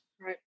Right